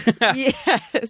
Yes